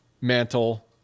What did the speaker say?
Mantle